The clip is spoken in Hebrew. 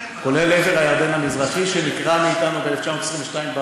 שנקרע מאתנו ב-1922,